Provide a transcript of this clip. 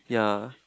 yea